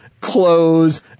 clothes